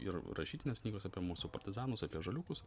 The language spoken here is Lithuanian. ir rašytinės knygos apie mūsų partizanus apie žaliukus